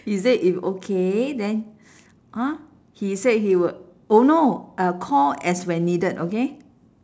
he said if okay then !huh! he said he will oh no uh call as when needed okay